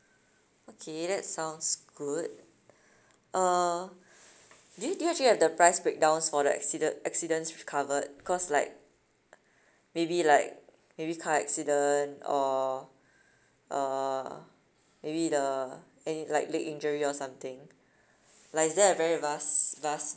okay that sounds good uh do you do you actually have the price breakdowns for the accident accidents covered because like maybe like maybe car accident or uh maybe the any like leg injury or something like is there a very vast vast